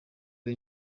ari